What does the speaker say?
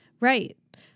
Right